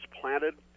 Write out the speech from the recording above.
planted